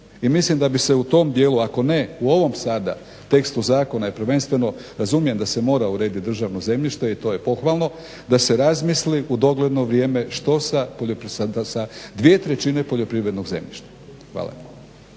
I mislim da bi se u tom dijelu ako ne u ovom sada tekstu zakona i prvenstveno razumijem da se mora urediti državno zemljište i to je pohvalno, da se razmisli u dogledno vrijeme što sa dvije trećine poljoprivrednog zemljišta. Hvala.